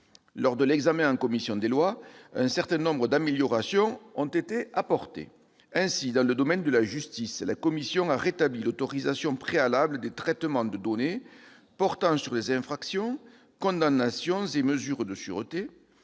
Lors de l'examen du texte en commission des lois, un certain nombre d'améliorations ont été apportées. Ainsi, dans le domaine de la justice, la commission a rétabli l'autorisation préalable des traitements de données portant sur les infractions, condamnations et mesures de sûreté,